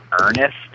earnest